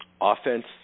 Offense